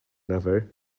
never